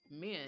men